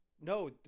No